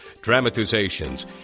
dramatizations